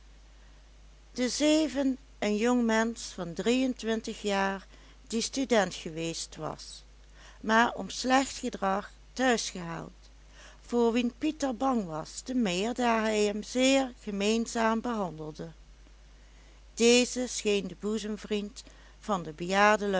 de zeven een jong mensch van drieëntwintig jaar die student geweest was maar om slecht gedrag thuisgehaald voor wien pieter bang was te meer daar hij hem zeer gemeenzaam behandelde deze scheen de boezemvriend van den bejaarden